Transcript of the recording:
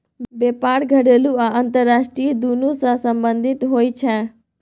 बेपार घरेलू आ अंतरराष्ट्रीय दुनु सँ संबंधित होइ छै